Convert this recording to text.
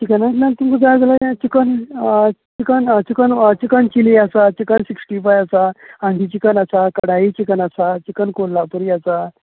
चिकनांतल्यान तुमका जाय जाल्यार चिकन चिकन आसा चिकन चिली आसा चिकन स्किक्टी फाय आसा मागीर चिकन आसा कडायी चिकन आसा चिकन कोल्हापूरी आसा